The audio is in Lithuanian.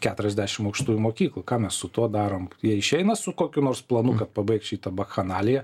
keturiasdešim aukštųjų mokyklų ką mes su tuo darom jie išeina su kokiu nors planu kad pabaigt šitą bakchanaliją